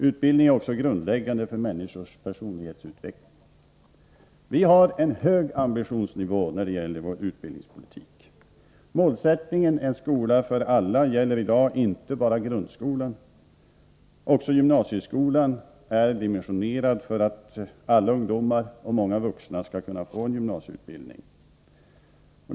Utbildning är också grundläggande för människors personlighetsutveckling. Vi har en hög ambitionsnivå när det gäller vår utbildningspolitik. Målsättningen — en skola för alla — gäller i dag inte bara grundskolan. Även gymnasieskolan är dimensionerad för att alla ungdomar och många vuxna skall kunna få en gymnasieutbildning.